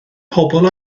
pobl